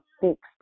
fixed